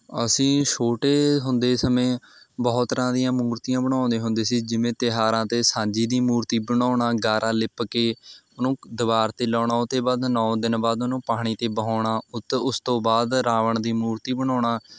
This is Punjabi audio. ਅਸੀਂ ਛੋਟੇ ਹੁੰਦੇ ਸਮੇਂ ਬਹੁਤ ਤਰ੍ਹਾਂ ਦੀਆਂ ਮੂਰਤੀਆਂ ਬਣਾਉਂਦੇ ਹੁੰਦੇ ਸੀ ਜਿਵੇਂ ਤਿਉਹਾਰਾਂ 'ਤੇ ਸਾਂਝੀ ਦੀ ਮੂਰਤੀ ਬਣਾਉਣਾ ਗਾਰਾ ਲਿੱਪ ਕੇ ਉਹਨੂੰ ਦਵਾਰ 'ਤੇ ਲਾਉਣਾ ਉਹ ਤੇ ਬਾਅਦ ਨੌ ਦਿਨ ਬਾਅਦ ਉਹਨੂੰ ਪਾਣੀ ਤੇ ਬਹਾਉਣਾ ਉਹ ਤੋਂ ਉਸ ਤੋਂ ਬਾਅਦ ਰਾਵਣ ਦੀ ਮੂਰਤੀ ਬਣਾਉਣਾ